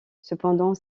cependant